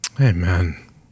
Amen